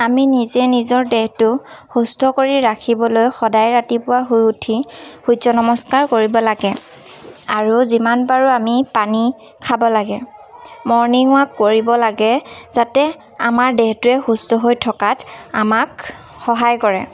আমি নিজে নিজৰ দেহটো সুস্থ কৰি ৰাখিবলৈ সদায় ৰাতিপুৱা শুই উঠি সূৰ্য নমস্কাৰ কৰিব লাগে আৰু যিমান পাৰো আমি পানী খাব লাগে মৰ্ণিং ৱাক কৰিব লাগে যাতে আমাৰ দেহটোৱে সুস্থ হৈ থকাত আমাক সহায় কৰে